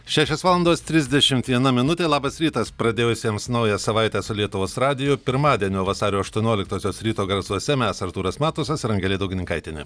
šešios valandos trisdešimt viena minutė labas rytas pradėjusiems naują savaitę su lietuvos radiju pirmadienio vasario aštuonioliktosios ryto garsuose mes artūras matusas ir angelė daugininkaitienė